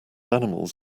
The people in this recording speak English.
animals